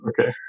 okay